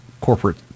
corporate